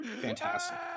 Fantastic